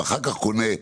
ואחר כך קונה.